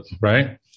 right